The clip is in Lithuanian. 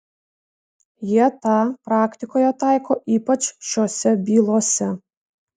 jie tą praktikoje taiko ypač šiose bylose